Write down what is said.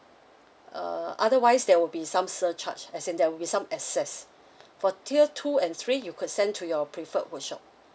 uh otherwise there will be some surcharge as in there will be some excess for tier two and three you could send to your preferred workshop